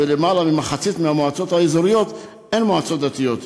ביותר ממחצית מהמועצות האזוריות אין מועצות דתיות.